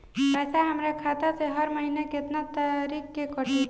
पैसा हमरा खाता से हर महीना केतना तारीक के कटी?